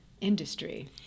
industry